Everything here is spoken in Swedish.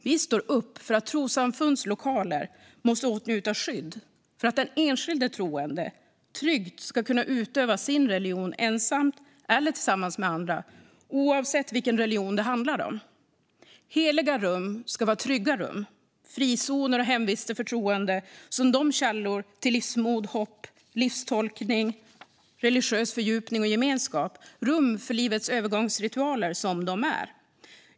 Vi står upp för att trossamfunds lokaler ska åtnjuta skydd för att den enskilde troende tryggt ska kunna utöva sin religion, ensam eller tillsammans med andra, oavsett vilken religion det handlar om. Heliga rum ska vara trygga rum. De ska vara frizoner och hemvister för troende som de källor till livsmod, hopp, livstolkning, religiös fördjupning och gemenskap och rum för livets övergångsritualer som de är.